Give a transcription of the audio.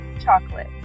chocolate